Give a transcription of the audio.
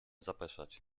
zapeszać